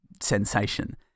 Sensation